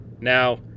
Now